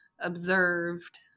observed